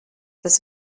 das